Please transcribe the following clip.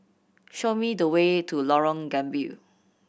show me the way to Lorong Gambir